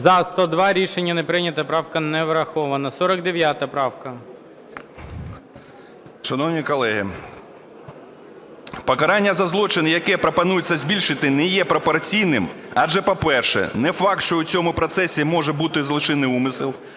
За-102 Рішення не прийнято. Правка не врахована. 49 правка. 11:31:23 ВЕЛЬМОЖНИЙ С.А. Шановні колеги, покарання за злочин, яке пропонується збільшити, не є пропорційним. Адже, по-перше, не факт, що у цьому процесі може бути злочинний умисел,